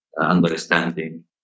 understanding